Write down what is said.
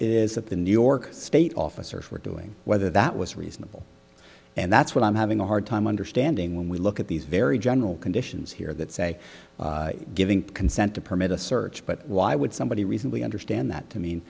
is at the new york state officer for doing whether that was reasonable and that's what i'm having a hard time understanding when we look at these very general conditions here that say giving consent to permit a search but why would somebody recently understand that to me